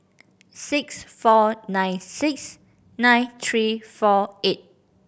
six four nine six nine three four eight